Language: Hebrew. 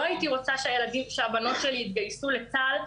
לא הייתי רוצה שהבנות שלי יתגייסו לצה"ל.